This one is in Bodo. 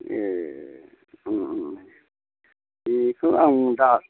ए बेखौ आं दा